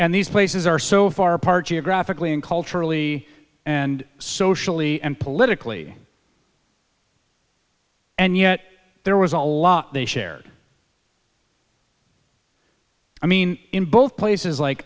and these places are so far apart geographically and culturally and socially and politically and yet there was a lot they shared i mean in both places like